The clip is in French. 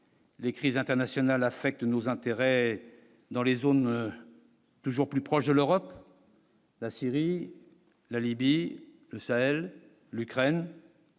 les crises internationales affecte nos intérêts dans les zones toujours plus proche de l'Europe, la Syrie, la Libye Sahel l'Ukraine.